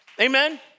Amen